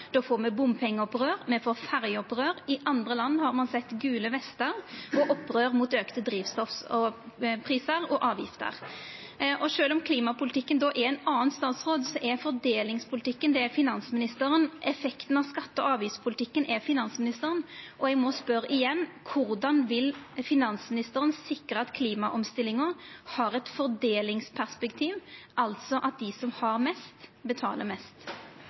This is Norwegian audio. får me bompengeopprør, og me får ferjeopprør. I andre land har ein sett Gule vestar og opprør mot auka drivstoffprisar og -avgifter. Sjølv om klimapolitikken er under ein annan statsråd, er fordelingspolitikken under finansministeren, effekten av skatte- og avgiftspolitikken er under finansministeren. Eg må spørja igjen: Korleis vil finansministeren sikra at klimaomstillinga har eit fordelingsperspektiv, altså at dei som har mest, betaler mest?